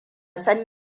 san